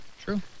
True